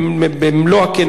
תודה.